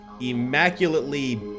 immaculately